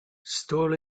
stall